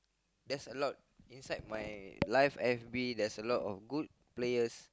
there's a lot inside my live F_B there's a lot of good players